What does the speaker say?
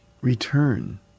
Return